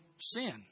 sin